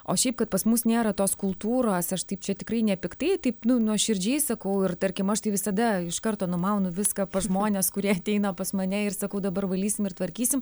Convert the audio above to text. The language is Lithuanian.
o šiaip kad pas mus nėra tos kultūros aš taip čia tikrai nepiktai taip nuoširdžiai sakau ir tarkim aš tai visada iš karto numaunu viską pas žmones kurie ateina pas mane ir sakau dabar valysim ir tvarkysim